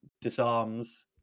disarms